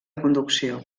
conducció